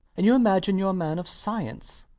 and you imagine youre a man of science!